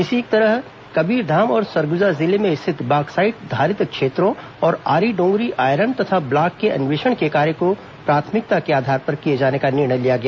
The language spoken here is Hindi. इसी तरह कबीरधाम और सरगुजा जिले में स्थित बॉक्साइट धारित क्षेत्रों और आरीडोंगरी आयरन तथा ब्लॉक के अन्वेषण के कार्य को प्राथमिकता के आधार पर किए जाने का निर्णय लिया गया